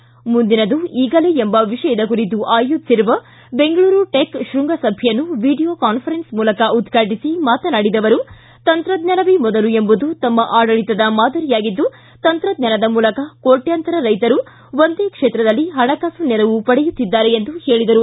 ಮುಂದಿನದು ಈಗಲೇ ಎಂಬ ವಿಷಯದ ಕುರಿತು ಆಯೋಜಿಸಿರುವ ಬೆಂಗಳೂರು ಟೆಕ್ ಶೃಂಗಸಭೆಯನ್ನು ವಿಡಿಯೋ ಕಾಸ್ಫರೆನ್ಸ್ ಮೂಲಕ ಉದ್ಘಾಟಿಸಿ ಮಾತನಾಡಿದ ಅವರು ತಂತ್ರಜ್ಞಾನವೇ ಮೊದಲು ಎಂಬುದು ತಮ್ಮ ಆಡಳಿತದ ಮಾದರಿಯಾಗಿದ್ದು ತಂತ್ರಜ್ಞಾನದ ಮೂಲಕ ಕೋಟ್ಕಂತರ ರೈತರು ಒಂದೇ ಕ್ಷಣದಲ್ಲಿ ಹಣಕಾಸು ನೆರವು ಪಡೆಯುತ್ತಿದ್ದಾರೆ ಎಂದು ಹೇಳಿದರು